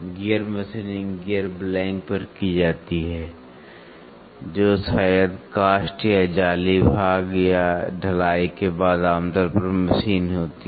gear machining gear blank पर की जाती है जो शायद कास्ट या जाली भाग या ढलाई के बाद आमतौर पर मशीन होती है